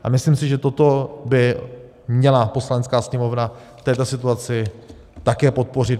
A myslím si, že toto by měla Poslanecká sněmovna v této situaci také podpořit.